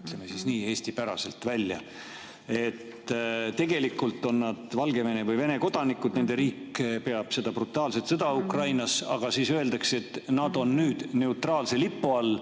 ütleme siis nii eestipäraselt välja. Tegelikult on nad Valgevene või Venemaa kodanikud, nende riik peab seda brutaalset sõda Ukrainas, aga siis öeldakse, et nad on nüüd neutraalse lipu all